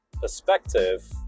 perspective